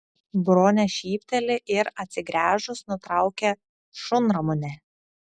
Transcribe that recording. bronė šypteli ir atsigręžus nutraukia šunramunę